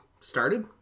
started